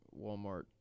Walmart